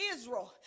Israel